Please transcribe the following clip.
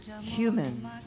human